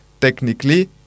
Technically